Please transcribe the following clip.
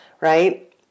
right